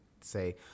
say